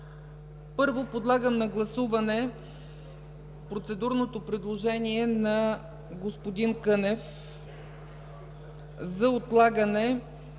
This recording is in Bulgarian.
Първо, подлагам на гласуване процедурното предложение на господин Кънев за отлагане